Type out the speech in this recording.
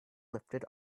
lifted